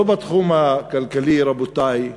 לא בתחום הכלכלי, רבותי,